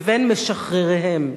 לבין משחרריהם,